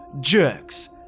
jerks